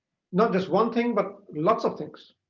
not just one thing, but lots of things.